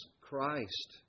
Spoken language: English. Christ